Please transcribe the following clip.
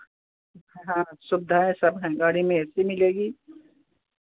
हाँ सुविधा है सब हैं गाड़ी में ए सी मिलेगी